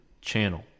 channel